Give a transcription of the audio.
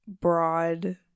broad